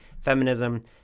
feminism